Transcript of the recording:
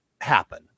happen